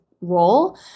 role